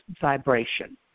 vibration